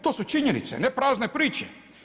To su činjenice, ne prazne priče.